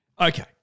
okay